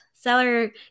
Seller